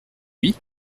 oui